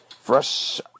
fresh